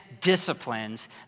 disciplines